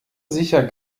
sicher